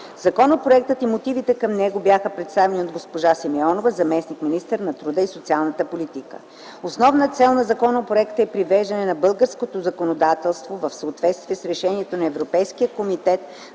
Законопроектът и мотивите към него бяха представени от госпожа Валентина Симеонова – заместник-министър на труда и социалната политика. Основната цел на законопроекта е привеждане на българското законодателство в съответствие с решението на Европейския комитет